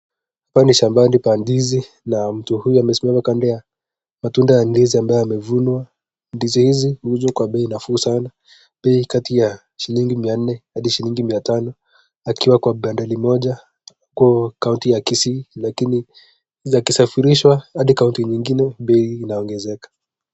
Hapa ni shambani ya ndizi na mtu huyu amesimama kando ya ndizi ambayo imevunwa. Ndizi hii inauzwa kwa bei kutoka mia nne hadi shilingi mia tano, lakini ikisafirishwa hadi kaunti nyingine bei inaongezeka.